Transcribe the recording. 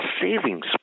savings